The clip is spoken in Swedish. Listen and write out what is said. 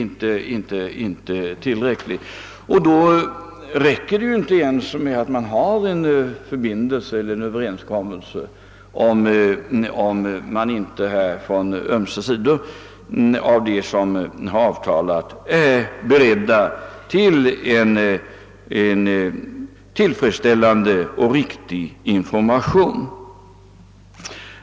Det räcker inte med att en överenskommelse finns, om inte båda de parter som slutit avtalet därom är beredda att ge en tillfredsställande och riktig information.